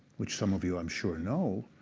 which some of you i'm sure know,